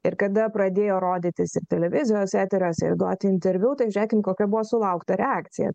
ir kada pradėjo rodytis ir televizijos eteriuose ir duoti interviu žėkim kokia buvo sulaukta reakcija